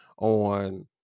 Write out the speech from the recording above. on